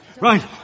Right